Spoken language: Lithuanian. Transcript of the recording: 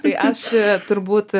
tai aš turbūt